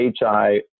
HI